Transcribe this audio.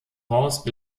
horst